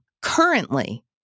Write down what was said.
Currently